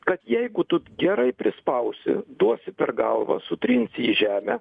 kad jeigu tu gerai prispausi duosi per galvą sutrinsi į žemę